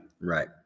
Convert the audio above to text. Right